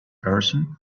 person